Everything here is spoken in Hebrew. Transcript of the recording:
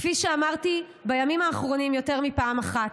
כפי שאמרתי בימים האחרונים יותר מפעם אחת,